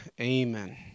amen